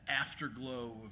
afterglow